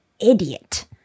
idiot